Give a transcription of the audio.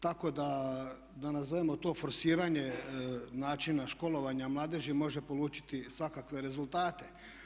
Tako da nazovimo to forsiranje načina školovanja mladeži može polučiti svakakve rezultate.